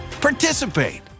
participate